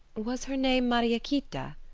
was her name mariequita?